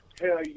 Hell